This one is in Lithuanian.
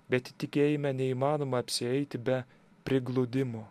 bet tikėjime neįmanoma apsieiti be prigludimo